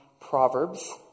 Proverbs